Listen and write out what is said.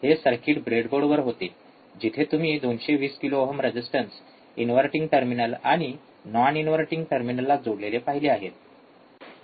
हे सर्किट ब्रेडबोर्डवर होते जिथे तुम्ही २२० kilo ohm resistance inverting terminal आणि नाॅन इनव्हर्टिंग टर्मिनलला जोडलेले पाहिले आहेत